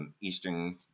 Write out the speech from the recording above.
Eastern